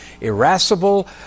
irascible